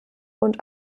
und